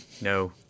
no